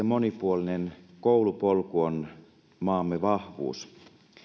monipuolinen koulupolku on maamme vahvuus